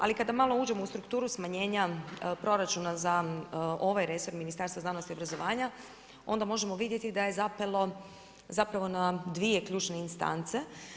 Ali kada malo uđemo u strukturu smanjenja proračuna za ovaj resor Ministarstva znanosti obrazovanja onda možemo vidjeti da je zapelo zapravo na dvije ključne instance.